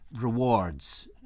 rewards